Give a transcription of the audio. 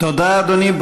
תודה, אדוני.